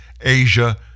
Asia